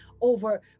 over